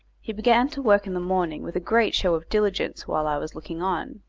he began to work in the morning with a great show of diligence while i was looking on.